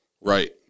Right